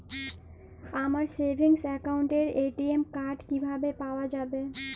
আমার সেভিংস অ্যাকাউন্টের ATM card কিভাবে পাওয়া যাবে?